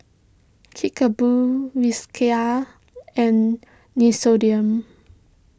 Kickapoo Whiskas and Nixoderm